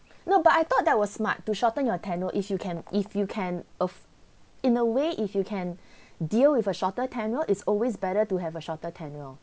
no but I thought that was smart to shorten your tenure if you can if you can of in a way if you can deal with a shorter tenure it's always better to have a shorter tenure